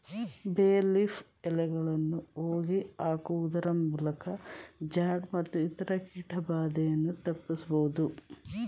ಬೇ ಲೀಫ್ ಎಲೆಗಳನ್ನು ಹೋಗಿ ಹಾಕುವುದರಮೂಲಕ ಜಾಡ್ ಮತ್ತು ಇತರ ಕೀಟ ಬಾಧೆಯನ್ನು ತಪ್ಪಿಸಬೋದು